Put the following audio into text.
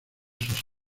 sus